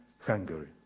Hungary